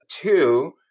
two